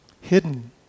hidden